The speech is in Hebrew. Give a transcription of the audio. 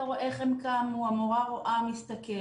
אתה רואה איך הם קמו, המורה רואה, מסתכלת.